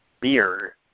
Beer